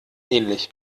ähnlich